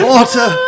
Water